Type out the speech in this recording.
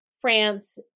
France